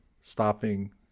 stopping